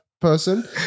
person